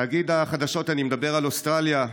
תאגיד החדשות אני מדבר על אוסטרליה,